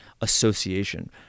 association